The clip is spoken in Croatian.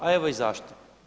A evo i zašto.